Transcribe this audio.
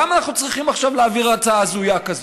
למה אנחנו צריכים עכשיו להעביר הצעה הזויה כזאת?